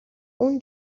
اون